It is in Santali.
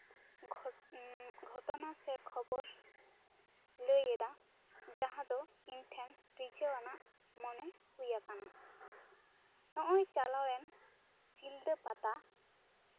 ᱜᱷᱚᱴᱚ ᱜᱷᱚᱴᱚᱱᱟ ᱥᱮᱠᱷᱚᱵᱚᱨ ᱞᱟᱹᱭᱟᱫᱟ ᱡᱟᱦᱟᱸ ᱫᱚ ᱤᱧ ᱴᱷᱮᱱ ᱨᱤᱡᱷᱟᱹᱣ ᱟᱱᱟᱜ ᱢᱚᱱᱮ ᱦᱩᱭ ᱠᱟᱱᱟ ᱱᱚᱜᱚᱭ ᱪᱟᱞᱟᱣᱮᱱ ᱥᱤᱞᱫᱟᱹ ᱯᱟᱛᱟ